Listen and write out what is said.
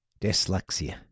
Dyslexia